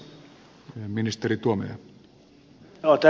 arvoisa puhemies